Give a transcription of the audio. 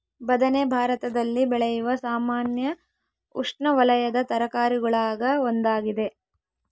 ಬದನೆ ಭಾರತದಲ್ಲಿ ಬೆಳೆಯುವ ಸಾಮಾನ್ಯ ಉಷ್ಣವಲಯದ ತರಕಾರಿಗುಳಾಗ ಒಂದಾಗಿದೆ